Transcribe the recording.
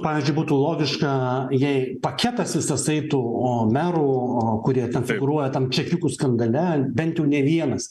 pavyzdžiui būtų logiška jei paketas visas eitų o merų kurie ten figūruoja tam čekiukų skandale bent jau ne vienas